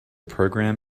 program